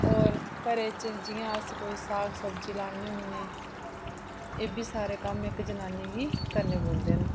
होर घरै च जियां कोई साग सब्जी लान्ने होन्ने एह्बी सारे कम्म इक्क जनानी गी करने पौंदे न